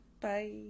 Bye